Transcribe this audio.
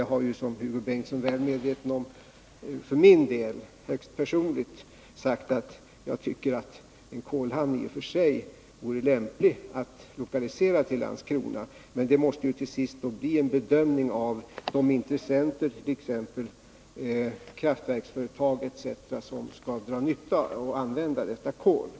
Jag har — som Hugo Bengtsson är väl medveten om — för min högst personliga del sagt att jag tycker att en i och för sig lämplig lokalisering av en att garantera sysselsättning för de anställda vid Öresundsvarvet kolhamn vore just Landskrona. Men den bedömningen måste till sist göras av de intressenter — t.ex. kraftverksföretag — som skall använda kolet.